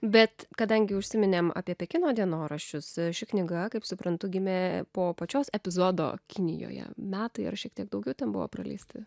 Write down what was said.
bet kadangi užsiminėm apie pekino dienoraščius ši knyga kaip suprantu gimė po pačios epizodo kinijoje metai ar šiek tiek daugiau ten buvo praleisti